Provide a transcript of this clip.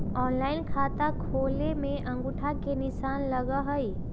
Online खाता खोले में अंगूठा के निशान लगहई?